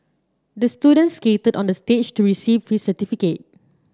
the student skated onto the stage to receive his certificate